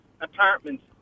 apartments